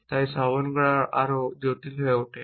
তাই শ্রবণ করা আরও জটিল হয়ে ওঠে